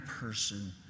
person